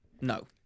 no